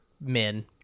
men